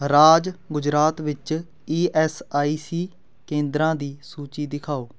ਰਾਜ ਗੁਜਰਾਤ ਵਿੱਚ E S I C ਕੇਂਦਰਾਂ ਦੀ ਸੂਚੀ ਦਿਖਾਓ